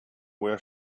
where